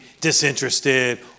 disinterested